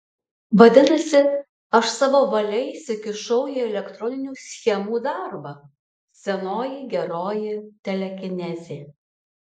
vadinasi aš savo valia įsikišau į elektroninių schemų darbą senoji geroji telekinezė